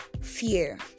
fear